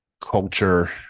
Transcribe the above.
culture